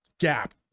gap